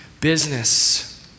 business